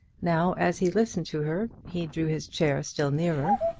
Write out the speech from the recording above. now, as he listened to her, he drew his chair still nearer,